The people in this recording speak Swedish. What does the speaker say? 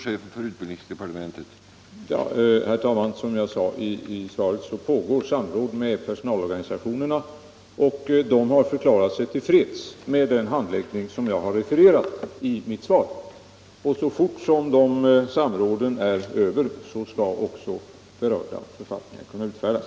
Herr talman! Som jag sade i svaret pågår samråd med personalorganisationerna, och de har förklarat sig till freds med den handläggning som jag har refererat i mitt svar. Så fort de samråden är över skall också berörda författningar utfärdas.